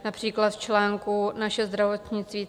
Například v článku Naše zdravotnictví.